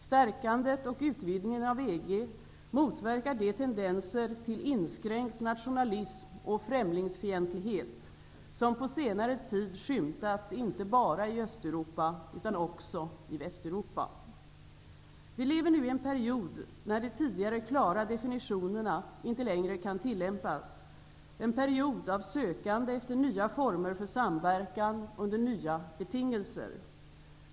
Stärkandet och utvidgningen av EG motverkar de tendenser till inskränkt nationalism och främlingsfientlighet som på senare tid skymtat inte bara i Östeuropa utan också i Västeuropa. Vi lever nu i en period när de tidigare klara definitionerna inte längre kan tillämpas, en period av sökande efter nya former för samverkan under nya betingelser.